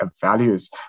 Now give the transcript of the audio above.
values